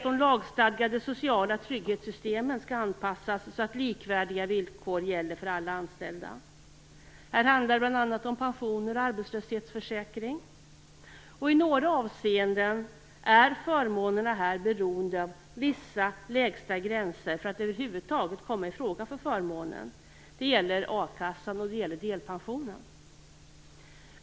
De lagstadgade sociala trygghetssystemen skall anpassas så att likvärdiga villkor gäller för alla anställda. Här handlar det bl.a. om pensioner och arbetslöshetsförsäkring. I några avseenden är förmånerna här beroende av vissa lägsta gränser för att över huvud taget komma i fråga för förmånen. Det gäller akassan och delpensionen.